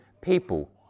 people